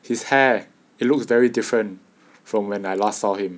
his hair it looks very different from when I last saw him